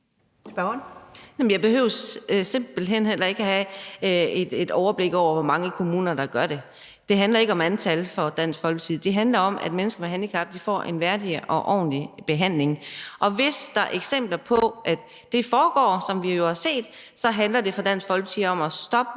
Jeg behøver simpelt hen heller ikke at have et overblik over, hvor mange kommuner der gør det. Det handler ikke om antal for Dansk Folkeparti; det handler om, at mennesker med handicap får en værdig og ordentlig behandling. Og hvis der er eksempler på, at det foregår, som vi jo har set, så handler det for Dansk Folkeparti om at stoppe